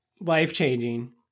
life-changing